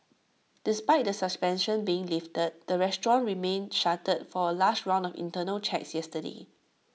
despite the suspension being lifted the restaurant remained shuttered for A last round of internal checks yesterday